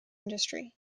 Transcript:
industry